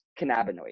cannabinoids